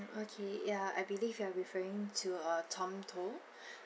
okay ya I believe you are referring to uh tom toh